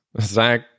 Zach